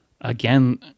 again